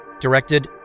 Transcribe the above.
directed